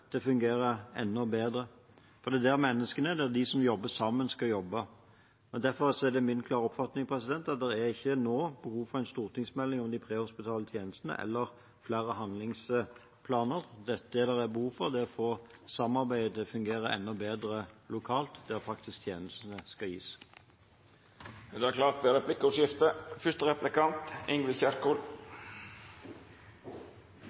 til å fungere enda bedre. Det er der menneskene er, der de som skal jobbe sammen, skal jobbe. Derfor er det min klare oppfatning at det nå ikke er behov for en stortingsmelding om de prehospitale tjenestene eller flere handlingsplaner. Det det er behov for, er å få samarbeidet til å fungere enda bedre lokalt der tjenestene skal gis. Det vert replikkordskifte. Den akuttmedisinske beredskapen består av mer enn ambulansetjenesten – det